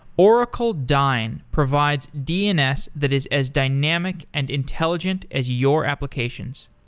oracle dyn provides dns that is as dynamic and intelligent as your applications.